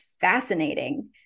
fascinating